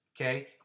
okay